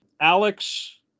Alex